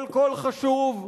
היום כל קול חשוב,